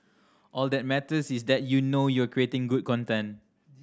all that matters is that you know you're creating good content